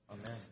Amen